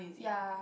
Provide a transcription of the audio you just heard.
ya